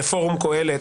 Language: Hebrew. לפורום קהלת.